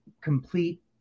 complete